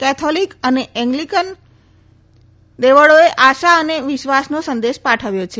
Catholic અને Anglican દેવળોએ આશા અને વિશ્વાસનો સંદેશ પાઠવ્યો છે